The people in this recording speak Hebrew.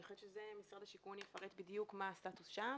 אני חושבת שזה משרד השיכון יפרט בדיוק מה הסטטוס שם.